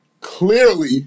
Clearly